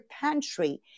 pantry